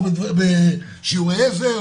או בשיעורי עזר,